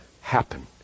happen